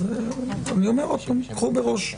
אז אני אומר עוד פעם: קחו מראש,